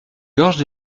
gorges